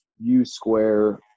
U-square